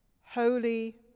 holy